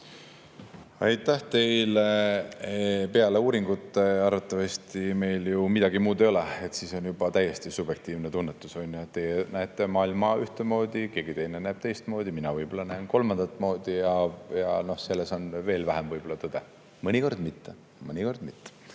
Aitäh teile! Peale uuringute meil arvatavasti ju midagi muud ei ole, edasi on juba täiesti subjektiivne tunnetus, on ju. Teie näete maailma ühtemoodi, keegi teine näeb teistmoodi, mina võib-olla näen kolmandat moodi ja selles on võib-olla veel vähem tõde. Mõnikord mitte, mõnikord mitte!